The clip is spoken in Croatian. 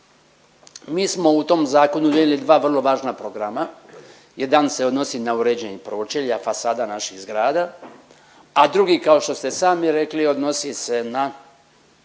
Mi smo u tom zakonu donijeli dva vrlo važna programa, jedan se odnosi na uređenje pročelja fasada naših zgrada, a drugi kao što ste sami rekli odnosi se na